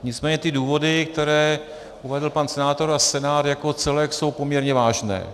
Nicméně ty důvody, které uvedl pan senátor a Senát jako celek, jsou poměrně vážné.